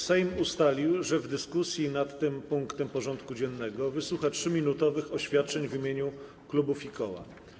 Sejm ustalił, że w dyskusji nad tym punktem porządku dziennego wysłucha 3-minutowych oświadczeń w imieniu klubów i koła.